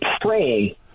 praying